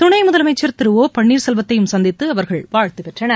துணை முதலமைச்சர் திரு ஓ பன்னீர் செல்வத்தையும் சந்தித்து அவர்கள் வாழ்த்துப் பெற்றனர்